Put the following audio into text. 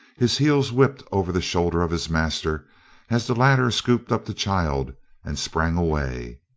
his heels whipped over the shoulder of his master as the latter scooped up the child and sprang away.